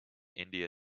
india